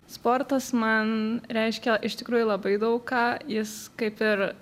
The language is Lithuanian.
sportas man reiškia iš tikrųjų labai daug ką jis kaip ir